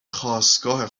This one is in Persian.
خاستگاه